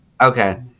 Okay